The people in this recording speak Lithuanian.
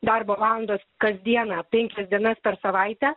darbo valandos kasdieną penkias dienas per savaitę